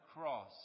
cross